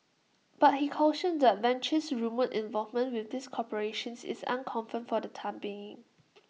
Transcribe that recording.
but he cautioned that Venture's rumoured involvement with these corporations is unconfirmed for the time being